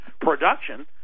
production